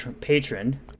patron